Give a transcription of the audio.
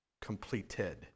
completed